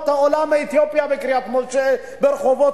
או לעולה מאתיופיה בקריית-משה ברחובות,